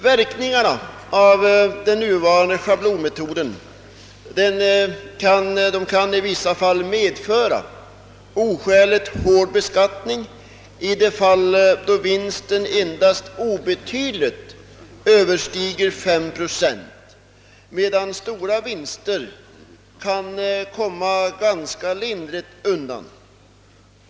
Verkningarna av den nuvarande schablonmetoden kan i vissa fall medföra oskäligt hård beskattning då vinsten endast obetydligt överstiger 5 procent, medan stora vinster kan komma ganska lindrigt undan.